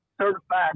certified